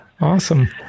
Awesome